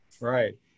Right